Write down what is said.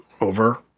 over